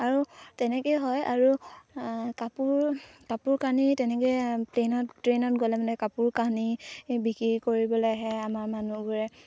আৰু তেনেকৈয়ে হয় আৰু কাপোৰ কাপোৰ কানি তেনেকৈ প্লেইনত ট্ৰেইনত গ'লে মানে কাপোৰ কানি বিক্ৰী কৰিবলৈ আহে আমাৰ মানুহবোৰে